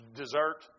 dessert